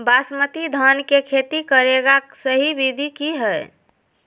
बासमती धान के खेती करेगा सही विधि की हय?